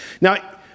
Now